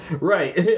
Right